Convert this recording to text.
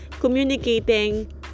communicating